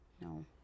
No